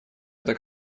это